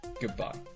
goodbye